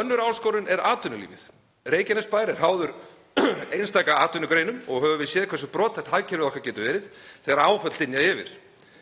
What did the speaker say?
Önnur áskorun er atvinnulífið. Reykjanesbær er háður einstaka atvinnugreinum og höfum við séð hversu brothætt hagkerfið okkar getur verið þegar áföll dynja yfir.